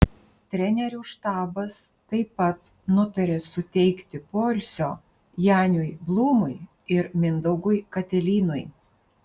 trenerių štabas taip pat nutarė suteikti poilsio janiui blūmui ir mindaugui katelynui